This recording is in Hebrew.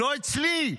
לא אצלי,